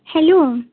hello